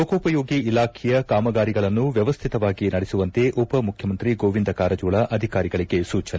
ಲೋಕೋಪಯೋಗಿ ಇಲಾಖೆಯ ಕಾಮಗಾರಿಗಳನ್ನು ವ್ಯವಸ್ಥಿತವಾಗಿ ನಡೆಸುವಂತೆ ಉಪಮುಖ್ಯಮಂತ್ರಿ ಗೋವಿಂದ ಕಾರಜೋಳ ಅಧಿಕಾರಿಗಳಿಗೆ ಸೂಚನೆ